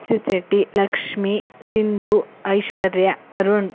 Rakshit Shetty Lakshmi Sindhu Aishwarya Arun